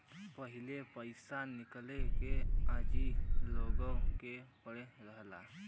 पहिले पइसा निकाले क अर्जी लगावे के पड़त रहल